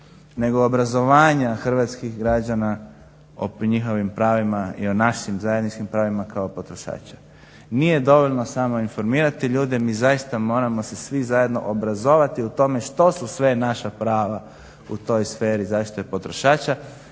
nego obrazovanja hrvatskih građana o njihovim pravima i o našim zajedničkim pravima kao potrošača. Nije dovoljno samo informirati ljude, mi zaista moramo se svi zajedno obrazovati u tome što su sve naša prava u toj sferi zaštite potrošača,